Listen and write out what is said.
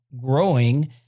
growing